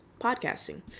podcasting